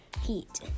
Heat